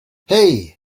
hey